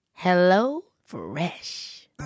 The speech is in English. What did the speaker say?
HelloFresh